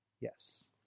Yes